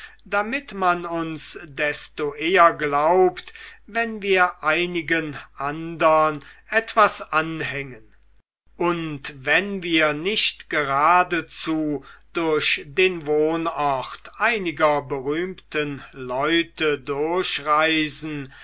damit man uns desto eher glaubt wenn wir einigen andern etwas anhängen und wenn wir nicht geradezu durch den wohnort einiger berühmten leute durchreisen